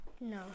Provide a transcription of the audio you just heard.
No